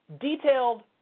detailed